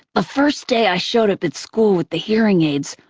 the first day i showed up at school with the hearing aids,